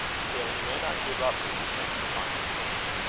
still he may not give up his attempts upon miss cameron.